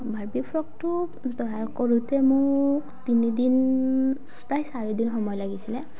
Barbie ফ্ৰকটো তৈয়াৰ কৰোঁতে মোক তিনিদিন প্ৰায় চাৰিদিন সময় লাগিছিলে